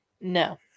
No